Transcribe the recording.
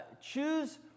choose